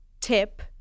tip